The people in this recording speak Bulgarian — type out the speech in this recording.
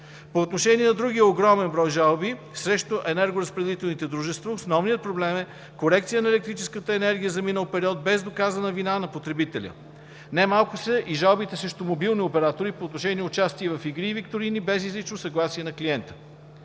По отношение на другия огромен брой от жалби срещу енергоразпределителните дружества, основният проблем е – корекция на електрическата енергия за минал период, без доказана вина на потребителя. Не малко са и жалбите срещу мобилни оператори по отношение участие в игри и викторини без изрично съгласие на клиента.